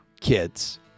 kids